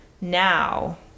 now